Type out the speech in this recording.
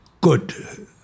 good